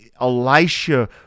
Elisha